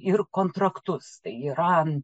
ir kontraktus tai yra